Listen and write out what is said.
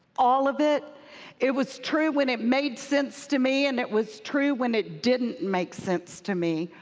all of it it was true when it made sense to me, and it was true when it didn't make sense to me,